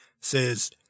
says